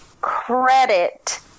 credit